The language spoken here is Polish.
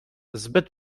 zbyt